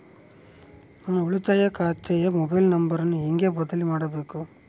ನನ್ನ ಉಳಿತಾಯ ಖಾತೆ ಮೊಬೈಲ್ ನಂಬರನ್ನು ಹೆಂಗ ಬದಲಿ ಮಾಡಬೇಕು?